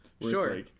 Sure